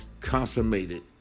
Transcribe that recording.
consummated